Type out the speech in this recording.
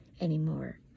anymore